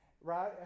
right